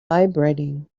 vibrating